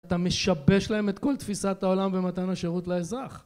אתה משבש להם את כל תפיסת העולם במתן השירות לאזרח